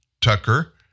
Tucker